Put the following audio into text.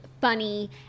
funny